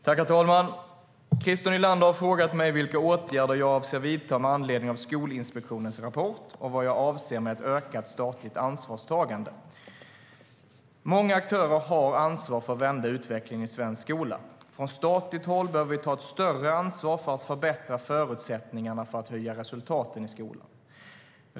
Herr talman! Christer Nylander har frågat mig vilka åtgärder jag avser att vidta med anledning av Skolinspektionens rapport och vad jag avser med ett ökat statligt ansvarstagande. Många aktörer har ansvar för att vända utvecklingen i svensk skola. Från statligt håll behöver vi ta ett större ansvar för att förbättra förutsättningarna för att höja resultaten i skolan.